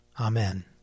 Amen